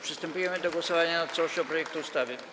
Przystępujemy do głosowania nad całością projektu ustawy.